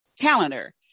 calendar